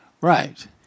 Right